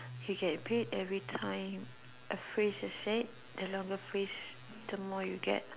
you get paid everytime a phrase you said the longer phrase the more you get